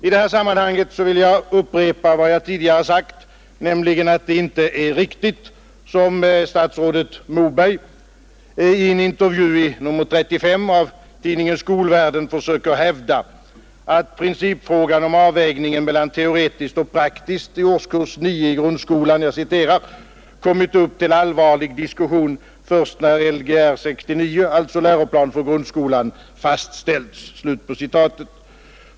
I det här sammanhanget vill jag upprepa vad jag tidigare sagt, nämligen att det inte är riktigt som statsrådet Moberg i en intervju i nr 35 av tidningen Skolvärlden försöker hävda, nämligen att principfrågan om avvägningen mellan teoretiskt och praktiskt i årskurs 9 i grundskolan ”kommit upp till allvarlig diskussion först när Lgr 69 fastställts”.